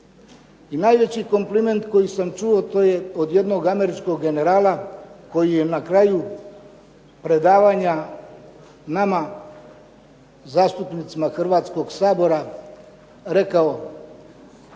I najveći kompliment koji sam čuo to je od jednog američkog generala koji je na kraju predavanja nama zastupnicima Hrvatskog sabora rekao: